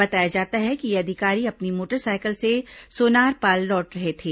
बताया जाता है कि यह अधिकारी अपनी मोटरसाइकिल से सोनारपाल लौट रहे थे